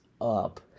up